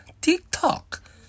TikTok